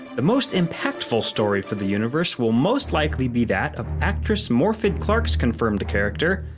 the most impactful story for the universe will most likely be that of actress morfydd clark's confirmed character,